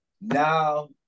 now